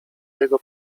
jego